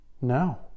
no